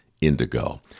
indigo